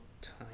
time